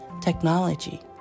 technology